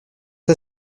est